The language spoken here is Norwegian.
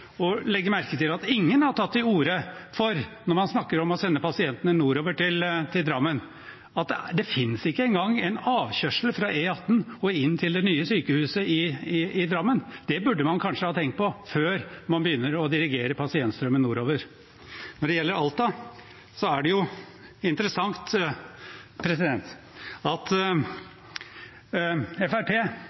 legge merke til at ingen har tatt til orde for, når man snakker om å sende pasientene nordover til Drammen, at det ikke engang finnes en avkjørsel fra E18 og inn til det nye sykehuset i Drammen. Det burde man kanskje ha tenkt på før man begynner å dirigere pasientstrømmen nordover. Når det gjelder Alta, er det interessant at